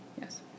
Yes